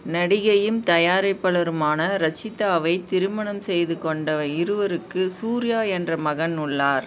நடிகையும் தயாரிப்பாளருமான ரக்ஷிதாவை திருமணம் செய்து கொண்ட இருவருக்கு சூர்யா என்ற மகன் உள்ளார்